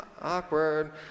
Awkward